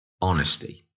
honesty